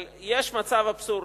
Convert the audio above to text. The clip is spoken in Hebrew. אבל יש מצב אבסורדי.